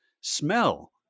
smell